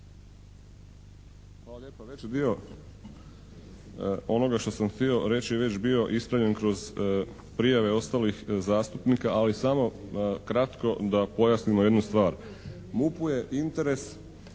Hvala lijepa. Veći dio onoga što sam htio reći je već bio ispravljen kroz prijave ostalih zastupnika ali samo kratko da pojasnimo jednu stvar. MUP-u je interes